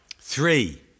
Three